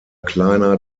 kleiner